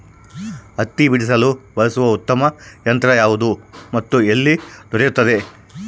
ಹತ್ತಿ ಬಿಡಿಸಲು ಬಳಸುವ ಉತ್ತಮ ಯಂತ್ರ ಯಾವುದು ಮತ್ತು ಎಲ್ಲಿ ದೊರೆಯುತ್ತದೆ?